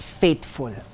faithful